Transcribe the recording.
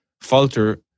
falter